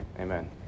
Amen